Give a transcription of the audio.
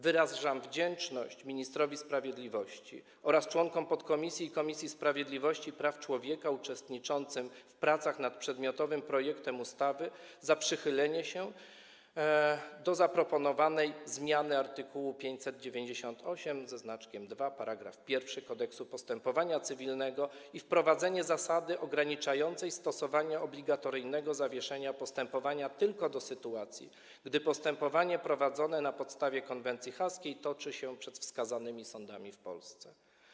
Wyrażam wdzięczność ministrowi sprawiedliwości oraz członkom podkomisji i Komisji Sprawiedliwości i Praw Człowieka uczestniczącym w pracach nad przedmiotowym projektem ustawy za przychylenie się do zaproponowanej zmiany art. 598 § 1 Kodeksu postępowania cywilnego i wprowadzenie zasady ograniczającej stosowanie obligatoryjnego zawieszenia postępowania tylko do sytuacji, gdy postępowanie prowadzone na podstawie konwencji haskiej toczy się przed wskazanymi sądami w Polsce.